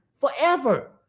forever